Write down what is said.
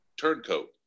Turncoat